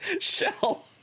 shell